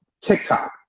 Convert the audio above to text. TikTok